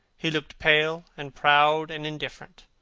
he looked pale, and proud, and indifferent.